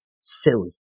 Silly